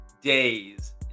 days